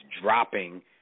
dropping